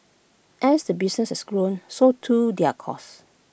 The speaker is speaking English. as the business has grown so too their costs